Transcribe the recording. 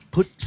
Put